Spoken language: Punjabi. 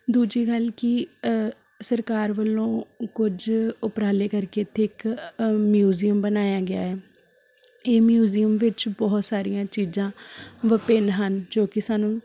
ਦੂਜੀ ਗੱਲ ਕਿ ਸਰਕਾਰ ਵੱਲੋਂ ਕੁਝ ਉਪਰਾਲੇ ਕਰਕੇ ਇੱਥੇ ਇੱਕ ਮਿਊਜ਼ੀਅਮ ਬਣਾਇਆ ਗਿਆ ਹੈ ਇਹ ਮਿਊਜ਼ੀਅਮ ਵਿੱਚ ਬਹੁਤ ਸਾਰੀਆਂ ਚੀਜ਼ਾਂ ਵਿਭਿੰਨ ਹਨ ਜੋ ਕਿ ਸਾਨੂੰ